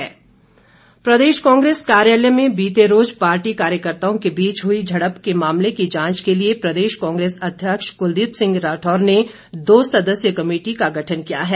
कांग्रेस प्रदेश कांग्रेस कार्यालय में बीते रोज पार्टी कार्यर्ताओं के बीच हुई झड़प के मामले की जांच के लिए प्रदेश कांग्रेस अध्यक्ष कुलदीप सिंह राठौर ने दो सदस्यीय कमेटी का गठन किया है